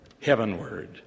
heavenward